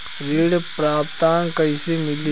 ऋण पात्रता कइसे मिली?